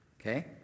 Okay